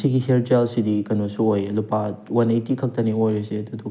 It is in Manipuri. ꯁꯤꯒꯤ ꯍꯦꯌꯔ ꯖꯦꯜꯁꯤꯗꯤ ꯀꯩꯅꯣꯁꯨ ꯑꯣꯏꯌꯦ ꯂꯨꯄꯥ ꯋꯥꯟ ꯑꯥꯏꯇꯤ ꯈꯛꯇꯅꯦ ꯑꯣꯏꯔꯤꯁꯦ ꯑꯗꯨꯗꯨꯒ